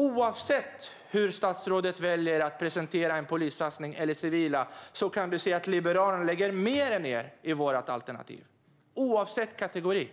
Oavsett hur statsrådet väljer att presentera en polissatsning eller en satsning på civila kan man se att vi i Liberalerna lägger mer än ni i vårt alternativ - oavsett kategori.